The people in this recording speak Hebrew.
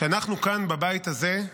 שאנחנו כאן, בבית הזה,